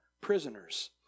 prisoners